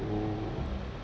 !woo!